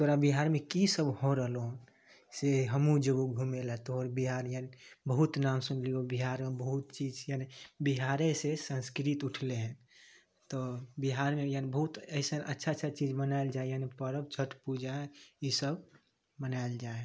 तोरा बिहारमे की सब हो रहलौ हँ से हमहुँ जेबो घूमैला तोहर बिहार यानी बहुत नाम सुनलियौ बिहारमे बहुत चीज छै यानी बिहारे से संस्कृत उठलै हँ तऽ बिहारमे भी यानी बहुत अइसन अच्छा अच्छा चीज मनायल जाइ यानी परब छठि पूजा ईसब मनायल जाइ है